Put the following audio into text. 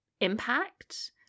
impact